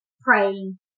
praying